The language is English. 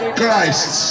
Christ